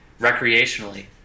recreationally